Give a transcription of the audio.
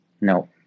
no